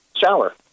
shower